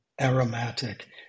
aromatic